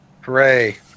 Hooray